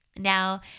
Now